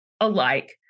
alike